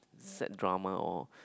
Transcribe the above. sad drama oh